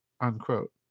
unquote